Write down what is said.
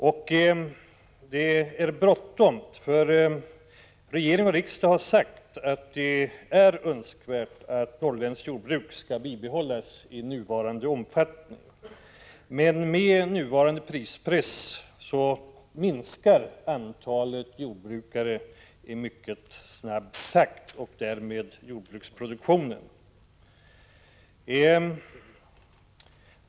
Och det är bråttom, för regering och riksdag har sagt att det är önskvärt att norrländskt jordbruk skall bibehålla sin nuvarande omfattning. Men med nuvarande prispress minskar antalet jordbrukare i mycket snabb takt och därmed jordbruksproduktionen.